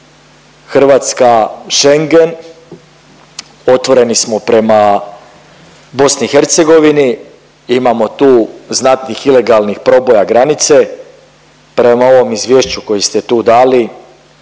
Hrvatska-Schengen, otvoreni smo prema BiH imamo tu znatnih ilegalnih proboja granice. Prema ovom izvješću koje ste tu dali